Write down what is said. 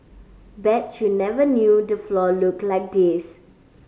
bet you never knew the floor looked like this